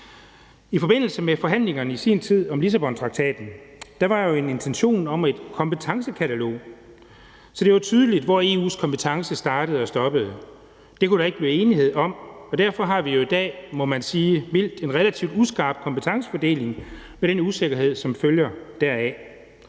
I forbindelse med forhandlingerne i sin tid om Lissabontraktaten var der en intention om et kompetencekatalog, så det var tydeligt, hvor EU's kompetencer startede og stoppede. Det kunne der ikke blive enighed om, og derfor har vi i dag, må man mildt sige, en relativt uskarp kompetencefordeling med den usikkerhed, der følger deraf.